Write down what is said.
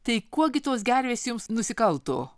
tai kuo gi tos gervės jums nusikalto